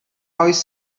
oes